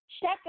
check